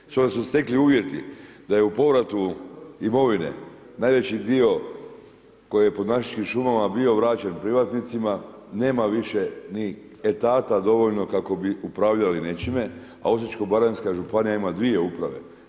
S obzirom da su se steklu uvjeti da je u povratu imovine najveći dio koji je pod našičkim šumama bio vraćen privatnicima nema više ni etata dovoljno kako bi upravljali nečime, a Osječko-baranjska županija ima dvije uprave.